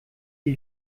die